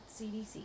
CDC